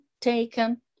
taken